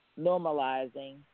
normalizing